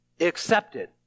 accepted